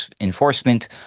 enforcement